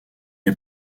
est